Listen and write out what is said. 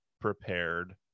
prepared